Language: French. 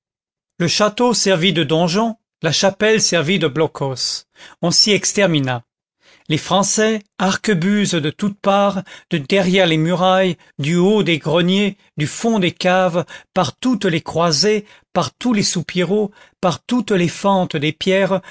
le château servit de donjon la chapelle servit de blockhaus on s'y extermina les français arquebuses de toutes parts de derrière les murailles du haut des greniers du fond des caves par toutes les croisées par tous les soupiraux par toutes les fentes des pierres